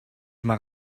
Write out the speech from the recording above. maar